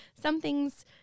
something's